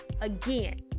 again